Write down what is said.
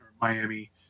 Miami